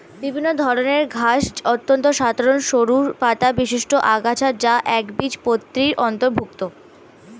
বিভিন্ন ধরনের ঘাস অত্যন্ত সাধারণ সরু পাতাবিশিষ্ট আগাছা যা একবীজপত্রীর অন্তর্ভুক্ত